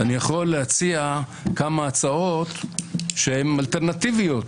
אני יכול להציע כמה הצעות שהן אלטרנטיביות.